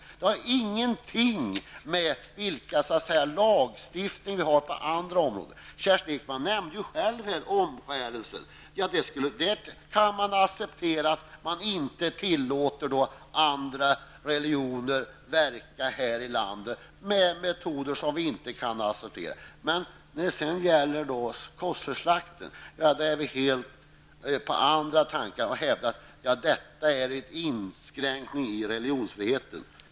Detta har ingenting att göra med vilken lagstiftning som gäller på andra områden. Kerstin Ekman nämnde själv omskärelse. I den frågan tillåter vi inte andra religioner att verka här i landet, med metoder som vi inte kan acceptera. Men beträffande koscherslakt hävdas att förbudet innebär en inskränkning i religionsfriheten.